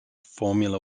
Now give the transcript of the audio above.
formula